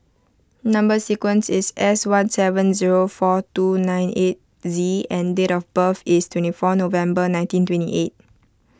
Number Sequence is S one seven zero four two nine eight Z and date of birth is twenty four November nineteen twenty eight